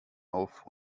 auf